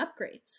upgrades